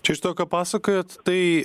čia iš to ką pasakojot tai